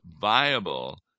viable